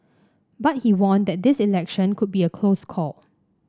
but he warned that this election could be a close call